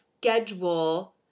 schedule